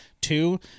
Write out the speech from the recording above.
Two